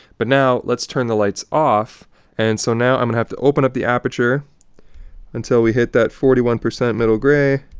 but now, let's turn the lights off and so now, i'm going to have to open up the aperture until we hit that forty one percent middle grey